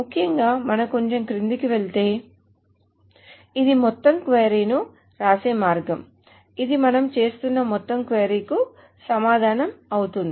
ముఖ్యంగా మనం కొంచెం క్రిందికి వెళితే ఇది మొత్తం క్వరీ ను వ్రాసే మార్గం ఇది మనము చేస్తున్న మొత్తం క్వరీకు సమాధానం అవుతుంది